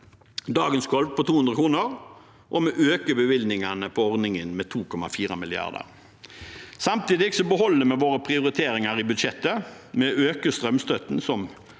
dagens gulv på 200 kr, og vi øker bevilgningene til ordningen med 2,4 mrd. kr. Samtidig beholder vi våre prioriteringer i budsjettet: Vi øker strømstøtten,